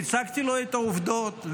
והצגתי לו את העובדות,